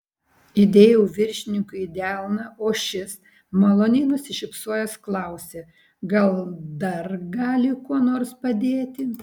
įdėjau viršininkui į delną o šis maloniai nusišypsojęs klausė gal dar gali kuo nors padėti